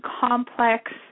complex